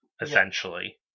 essentially